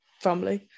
family